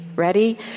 ready